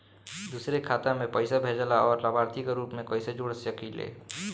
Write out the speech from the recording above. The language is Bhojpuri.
दूसरे के खाता में पइसा भेजेला और लभार्थी के रूप में कइसे जोड़ सकिले?